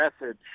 message